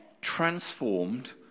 transformed